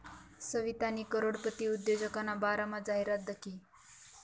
सवितानी करोडपती उद्योजकना बारामा जाहिरात दखी